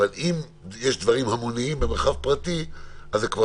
אבל אם יש דברים המוניים במרחב פרטי זה כבר